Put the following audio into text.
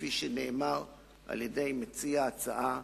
כפי שאמר מציע ההצעה,